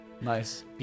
Nice